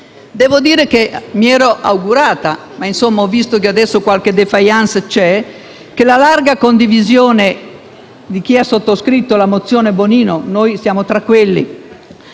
Devo dire che mi ero augurata (ma ho visto che adesso c'è qualche *défaillance*) che la larga condivisione di chi ha sottoscritto la mozione n. 3 - noi siamo tra quelli